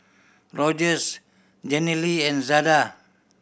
Rogers Jenilee and Zada